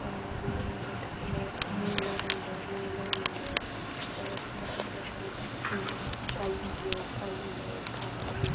ആ അതു കഴിഞ്ഞു കഴിഞ്ഞിട്ട് പിന്നെ മൂല രണ്ടു മൂല ഒന്ന് പിന്നതു പോലെ തന്നെ കയ്യ് കണ്ണ് കാല്